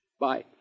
Bye